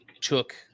took